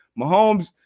Mahomes